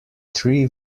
three